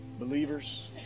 believers